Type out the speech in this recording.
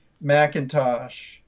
Macintosh